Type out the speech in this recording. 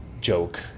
joke